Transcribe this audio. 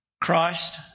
Christ